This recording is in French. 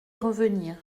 revenir